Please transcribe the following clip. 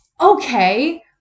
okay